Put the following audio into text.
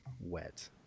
Wet